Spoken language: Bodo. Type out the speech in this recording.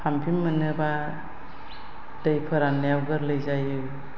पाम्पिं मोनोब्ला दै फोराननायाव गोरलै जायो